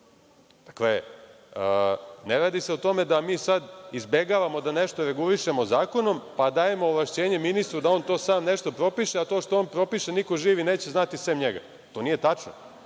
Dakle, ne radi se o tome da mi sada izbegavamo da nešto regulišemo zakonom, pa dajemo ovlašćenje ministru da on to sam nešto propiše, a to što on propiše niko živi neće znati osim njega. To nije tačno.